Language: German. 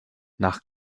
nach